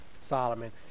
Solomon